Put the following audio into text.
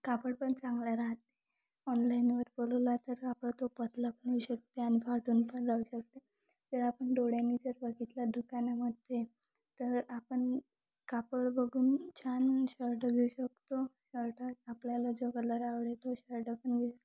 कापड पण चांगला राहते ऑनलाईनवर बोलवला तर आपलं तो पतला पण येऊ शकते आणि फाटून पण जाऊ शकते तर आपण डोळ्यांनी जर बघितला दुकानामध्ये तर आपण कापड बघून छान शर्ट घेऊ शकतो शर्ट आपल्याला जो कलर आवडेल तो शर्ट पण घेऊ शकतो